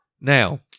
Now